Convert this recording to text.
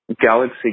galaxy